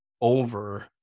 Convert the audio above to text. over